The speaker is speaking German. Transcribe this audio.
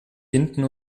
hinten